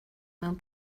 mewn